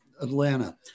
Atlanta